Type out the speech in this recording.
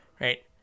right